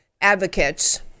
advocates